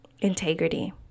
Integrity